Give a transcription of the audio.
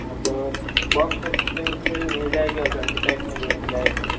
वो तो box flavour में भी मिल जाएगी और फैमिली पैक में भी मिल जाएगी